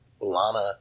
Lana